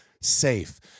safe